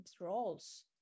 roles